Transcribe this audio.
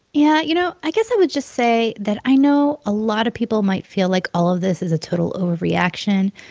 yeah. you know, i guess i would just say that i know a lot of people might feel like all of this is a total overreaction,